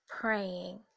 praying